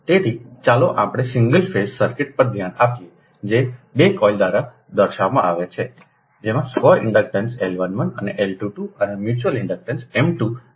તેથી ચાલો આપણે સિંગલ ફેઝ સર્કિટ પર ધ્યાન આપીએ જે 2 કોઇલ દ્વારા દર્શાવવામાં આવે છે જેમાં સ્વયં ઇન્ડક્ટન્સ L 11 અને L 22 અને મ્યુચ્યુઅલ ઇન્ડક્ટન્સ M 2 દ્વારા દર્શાવવામાં આવે છે